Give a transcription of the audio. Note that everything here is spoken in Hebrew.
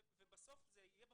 ובסוף זה יהיה בפרוטוקול,